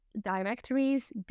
directories